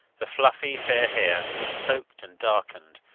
the fluffy, fair hair, soaked and darkened,